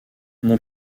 mon